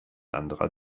anderer